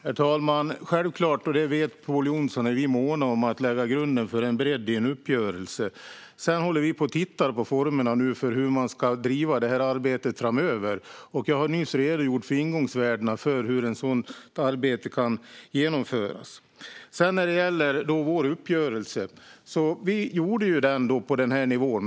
Herr talman! Självklart, och det vet Pål Jonson, är vi måna om att lägga grunden för bredd i uppgörelsen. Vi håller nu på och tittar på formerna för hur man ska driva detta arbete framöver. Jag har nyss redogjort för ingångsvärdena till hur ett sådant arbete kan genomföras. När det sedan gäller vår uppgörelse gjorde vi den på den här nivån.